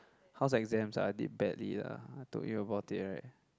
how's exams ah I did badly lah I told you about it right